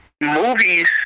movies